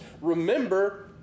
Remember